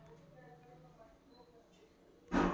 ಔಷದ ಸಿಂಡಣೆ ಮಾಡಾಕ ಮತ್ತ ಸ್ಪಿಂಕಲರ್ ನೇರಾವರಿ ಮಾಡಾಕ ಬಳಸ್ತಾರ